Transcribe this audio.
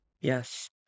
Yes